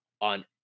on